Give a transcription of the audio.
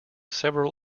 several